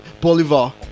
Bolivar